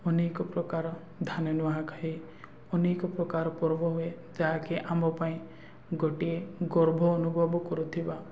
ଅନେକ ପ୍ରକାର ଧାନ ନୁହାଖାଇ ଅନେକ ପ୍ରକାର ପର୍ବ ହୁଏ ଯାହାକି ଆମ ପାଇଁ ଗୋଟିଏ ଗର୍ବ ଅନୁଭବ କରୁଥିବା